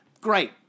great